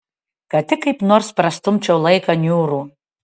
kad tik kaip nors prastumčiau laiką niūrų